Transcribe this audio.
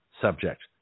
subject